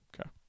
Okay